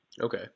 Okay